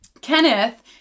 kenneth